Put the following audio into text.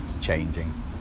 changing